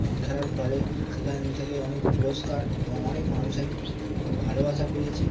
এবং খেলার ফলে সেখান থেকে অনেক পুরস্কার এবং অনেক মানুষের খুব ভালোবাসা পেয়েছি